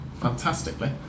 fantastically